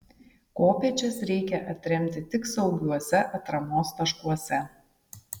kopėčias reikia atremti tik saugiuose atramos taškuose